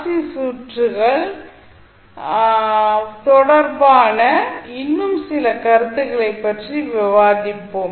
C சர்க்யூட்கள் தொடர்பான இன்னும் சில கருத்துகளைப் பற்றி விவாதிப்போம்